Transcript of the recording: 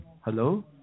Hello